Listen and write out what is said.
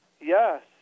Yes